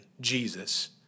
Jesus